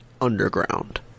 underground